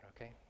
okay